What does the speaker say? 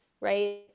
right